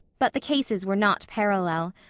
but the cases were not parallel.